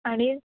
आणि